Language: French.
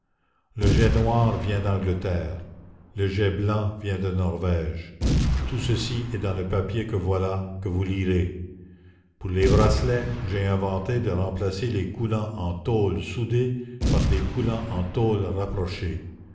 le jais noir vient d'angleterre le jais blanc vient de norvège tout ceci est dans le papier que voilà que vous lirez pour les bracelets j'ai inventé de remplacer les coulants en tôle soudée par des coulants en tôle rapprochée